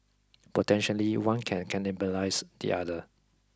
potentially one can cannibalise the other